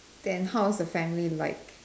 then how's the family like